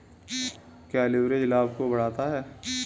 क्या लिवरेज लाभ को बढ़ाता है?